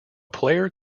player